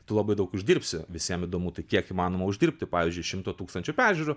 tu labai daug uždirbsi visiem įdomu tai kiek įmanoma uždirbti pavyzdžiui šimto tūkstančių peržiūrų